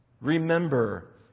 remember